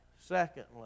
Secondly